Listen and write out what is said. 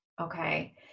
Okay